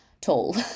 tall